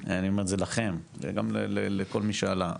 ואני אומר את זה לכם וגם לכל מי שעלה,